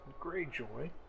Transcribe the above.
Greyjoy